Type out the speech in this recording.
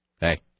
Hey